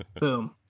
Boom